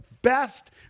best